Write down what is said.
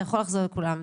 אתה יכול לחזור לכולם,